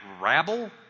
rabble